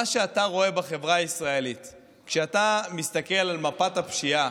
מה שאתה רואה בחברה הישראלית כשאתה מסתכל על מפת הפשיעה,